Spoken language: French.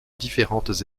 différentes